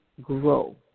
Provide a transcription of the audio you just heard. Grow